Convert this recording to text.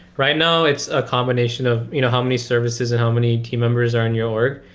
right now, it's a combination of you know how many services and how many team members are in your org.